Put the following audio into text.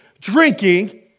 drinking